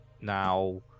Now